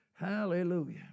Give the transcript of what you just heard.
Hallelujah